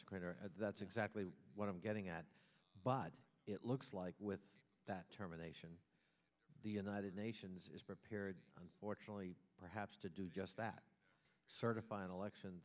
greater that's exactly what i'm getting at but it looks like with that terminations the united nations is prepared fortunately perhaps to do just that certify an election